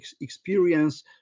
experience